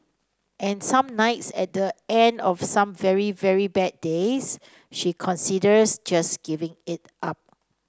and some nights at the end of some very very bad days she considers just giving it up